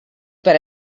per